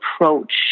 approach